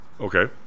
Okay